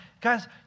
guys